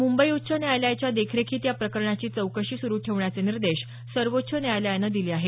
मुंबई उच्च न्यायालयाच्या देखरेखीत या प्रकरणाची चौकशी सुरू ठेवण्याचे निर्देश सर्वोच्च न्यायालयानं दिले आहेत